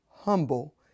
humble